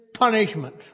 punishment